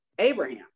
Abraham